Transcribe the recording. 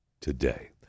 today